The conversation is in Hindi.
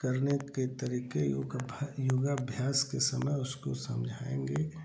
करने के तरीके योगाभा योगाभ्यास के समय उसको समझाएँगे